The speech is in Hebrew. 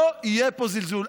לא יהיה פה זלזול.